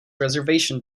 reservation